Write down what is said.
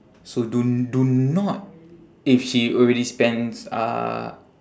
so don't do not if she already spends uh